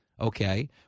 Okay